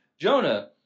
Jonah